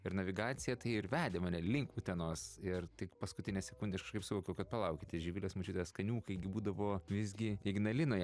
ir navigacija tai ir vedė mane link utenos ir tik paskutinę sekundę aš kažkaip suvokiau kad palauk tai živilės močiutės kaniūkai gi būdavo visgi ignalinoje